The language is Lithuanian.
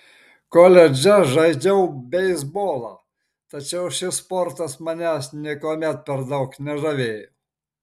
koledže žaidžiau beisbolą tačiau šis sportas manęs niekuomet per daug nežavėjo